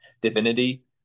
divinity